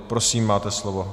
Prosím, máte slovo.